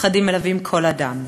פחדים מלווים כל אדם.